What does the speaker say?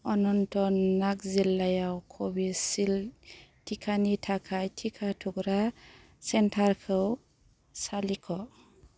अनन्त नाग जिल्लायाव कविडसिल्द टिकानि थाखाय टिका थुग्रा सेन्टारखौ सालिख'